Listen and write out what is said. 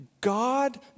God